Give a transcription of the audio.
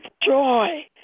joy